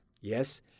Yes